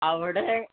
അവിടെ